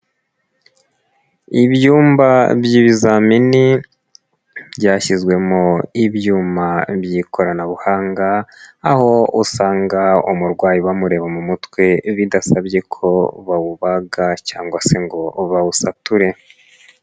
Ibyumba by'ibizamini byashyizwemo ibyuma by'ikoranabuhanga aho usanga umurwayi bamureba mu mutwe bidasabye ko bawubaga cyangwa se ngo bawusature.